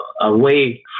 away